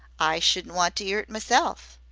i shouldn't want to ear it myself.